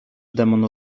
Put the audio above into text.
demon